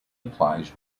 applies